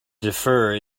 defer